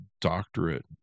doctorate